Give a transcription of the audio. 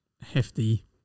hefty